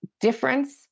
difference